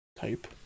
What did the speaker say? type